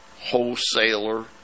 wholesaler